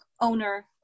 owner